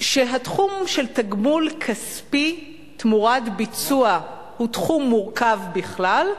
שהתחום של תגמול כספי תמורת ביצוע הוא תחום מורכב בכלל,